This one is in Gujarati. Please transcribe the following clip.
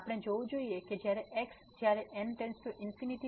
આપણે જોવું જોઈએ કે જ્યારે x જ્યારે n→∞